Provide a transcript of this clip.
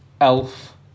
Elf